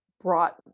brought